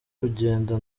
kugenda